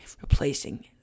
replacing